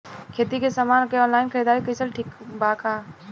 खेती के समान के ऑनलाइन खरीदारी कइल ठीक बा का?